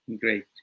Great